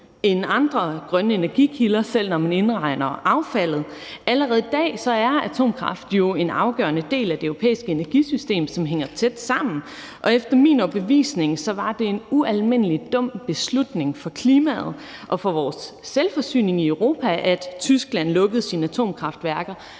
end andre grønne energikilder, selv når man indregner affaldet. Allerede i dag er atomkraft jo en afgørende del af det europæiske energisystem, som hænger tæt sammen, og efter min overbevisning var det en ualmindelig dum beslutning for klimaet og for vores selvforsyning i Europa, at Tyskland lukkede sine atomkraftværker